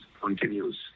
continues